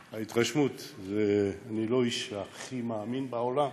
ההתרשמות, אני לא האיש הכי מאמין בעולם,